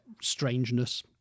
strangeness